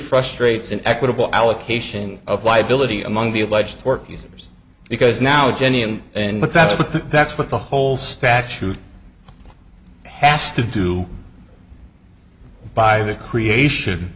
frustrates an equitable allocation of liability among the alleged work users because now jenny and and but that's what the that's what the whole statute has to do by the creation